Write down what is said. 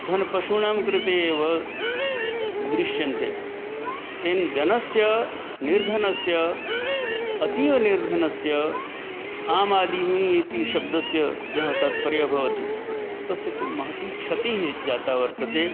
धनं पशूनां कृते एव दृश्यन्ते तेन जनस्य निर्धनस्य अतीवनिर्धनस्य आमादिमि इति शब्दस्य यत् तात्पर्यं भवति तस्य तु महती क्षतिः जाता वर्तते